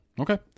Okay